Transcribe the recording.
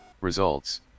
Results